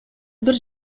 бир